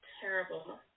Terrible